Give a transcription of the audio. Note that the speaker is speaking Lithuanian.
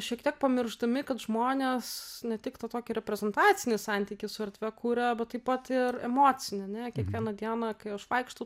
šiek tiek pamiršdami kad žmonės ne tik tą tokį reprezentacinį santykį su erdve kuria bet taip pat ir emocinį ane kiekvieną dieną kai aš vaikštau